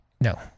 No